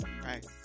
right